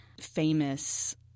famous